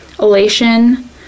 elation